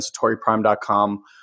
satoriprime.com